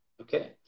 Okay